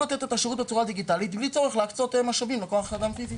לתת את השירותים בצורה דיגיטלית בלי צורך להקצות משאבים לכוח אדם פיזי.